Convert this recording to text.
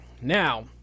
Now